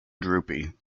droopy